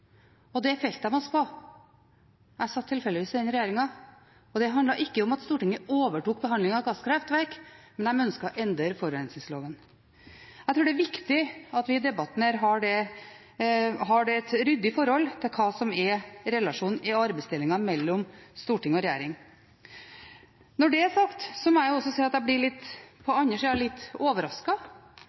Og det felte de oss på. Jeg satt tilfeldigvis i den regjeringen. Det handlet ikke om at Stortinget overtok behandlingen av gasskraftverk. De ønsket å endre forurensningsloven. Jeg tror det er viktig at vi i denne debatten har et ryddig forhold til hva som er relasjonen, arbeidsdelingen, mellom storting og regjering. Når det er sagt, må jeg også si at jeg på den andre siden blir litt